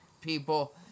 people